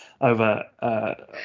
over